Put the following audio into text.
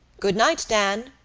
good-night, dan,